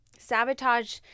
sabotage